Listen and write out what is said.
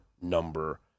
number